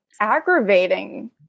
aggravating